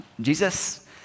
Jesus